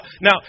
now